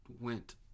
went